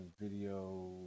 video